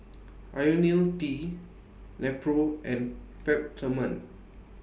Ionil T Nepro and Peptamen